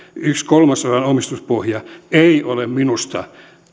yhden kolmasosan omistuspohja ei ole minusta